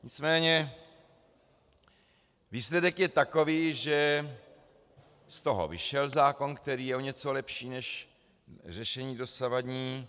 Nicméně výsledek je takový, že z toho vyšel zákon, který je o něco lepší než řešení dosavadní.